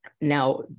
Now